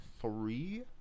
three –